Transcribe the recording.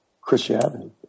Christianity